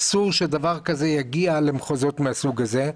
אסור שדבר כזה יגיע למחוזות מהסוג הזה.